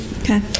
Okay